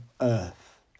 earth